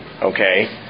Okay